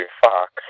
Fox